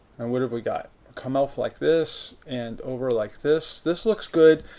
and what have we got? come up like this and over like this. this looks good.